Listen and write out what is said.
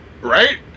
Right